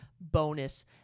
bonus